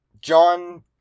John